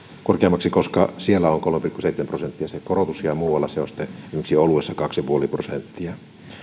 korkeammaksi koska siellä on kolme pilkku seitsemän prosenttia se korotus ja muualla se on sitten esimerkiksi oluessa kaksi ja puoli prosenttia alkoholin